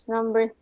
Number